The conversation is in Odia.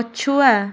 ପଛୁଆ